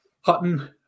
Hutton